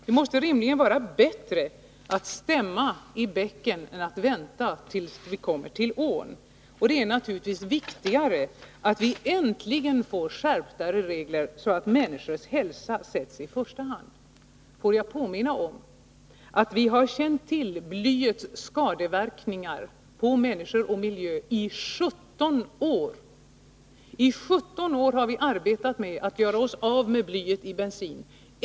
Det måste rimligen vara bättre att stämma i bäcken än att vänta tills vi kommer till ån. Det är naturligtvis viktigare att vi äntligen får mera skärpta regler så att människors hälsa sätts i första hand. Får jag påminna om att vi har känt till blyets skadeverkningar på människor och miljö i 17 år! 117 år har vi arbetat med att göra oss av med blyet i bensinen.